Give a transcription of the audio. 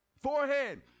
Forehead